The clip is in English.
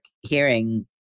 hearing